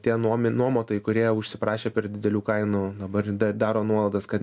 tie nuomi nuomotojai kurie užsiprašė per didelių kainų dabar daro nuolaidas kad